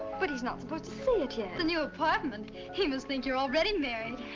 but he's not supposed to see it yet. the new apartment? he must think you're already married.